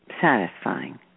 satisfying